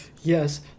yes